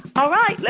all right. yeah